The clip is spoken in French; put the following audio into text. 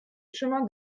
chemin